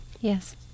Yes